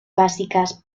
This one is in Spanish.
básicas